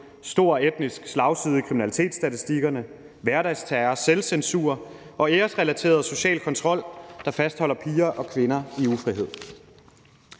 stor etnisk slagside i kriminalitetsstatistikkerne, hverdagsterror, selvcensur og æresrelateret social kontrol, der fastholder piger og kvinder i ufrihed.